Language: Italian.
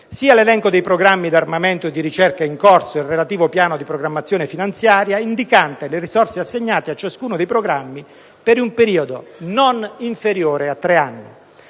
sia l'elenco dei programmi d'armamento e di ricerca in corso ed il relativo piano di programmazione finanziaria, indicante le risorse assegnate a ciascuno dei programmi per un periodo non inferiore a tre anni.